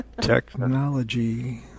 Technology